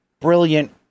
brilliant